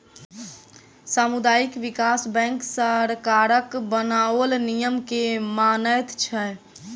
सामुदायिक विकास बैंक सरकारक बनाओल नियम के मानैत छै